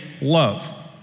love